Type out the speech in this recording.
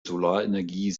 solarenergie